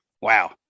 wow